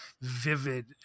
vivid